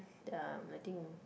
ya I think